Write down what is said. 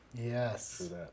Yes